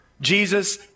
Jesus